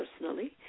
personally